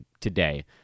today